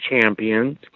Champions